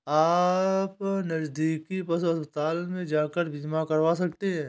आप नज़दीकी पशु अस्पताल में जाकर बीमा करवा सकते है